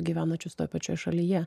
gyvenančius toj pačioj šalyje